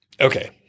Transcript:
Okay